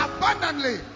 Abundantly